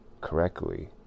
correctly